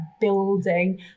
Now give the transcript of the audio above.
building